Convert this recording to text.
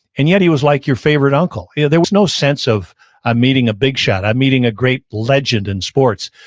and yet he was like your favorite uncle. yeah there was no sense of i'm meeting a big shot, i'm meeting a great legend in sports.